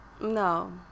No